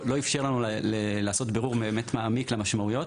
אפשר לנו לעשות בירור מעמיק לגבי המשמעויות.